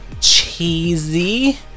cheesy